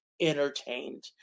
entertained